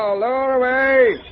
um away